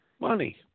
Money